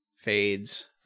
fades